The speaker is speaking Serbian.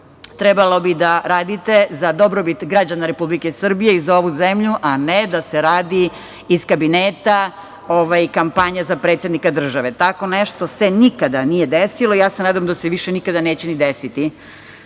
trebalo da radite za dobrobit građana Republike Srbije i za ovu zemlju, a ne da se radi iz kabineta kampanja za predsednika države. Tako nešto se nikada nije desilo i nadam se da se nikada više neće